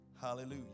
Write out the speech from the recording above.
Hallelujah